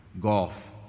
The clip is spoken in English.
golf